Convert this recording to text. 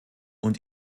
und